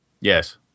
Yes